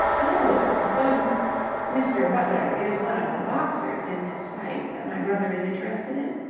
oh, bugs mr. butler is one of the boxers in this fight that my brother is interested in?